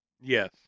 Yes